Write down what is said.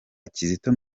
kizito